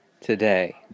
today